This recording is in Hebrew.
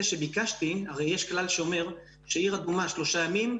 שביקשתי הרי יש כלל שאומר שאם עיר אדומה שלושה ימים,